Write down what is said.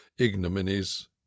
ignominies